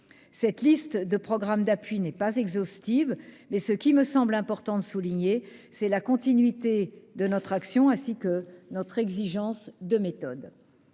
Cette liste de programmes d'appui n'est pas exhaustive, mais il me semble important de souligner la continuité de notre action, ainsi que notre exigence de méthode.